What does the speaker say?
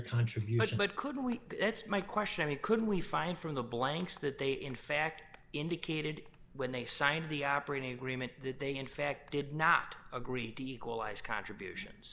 contribution but couldn't we that's my question we couldn't we find from the blanks that they in fact indicated when they signed the operating agreement that they in fact did not agree to equalize contributions